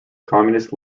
communist